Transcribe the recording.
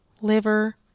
liver